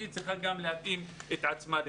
היא צריכה גם להתאים את עצמה לזה.